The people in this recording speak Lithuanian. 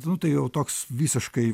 nu tai jau toks visiškai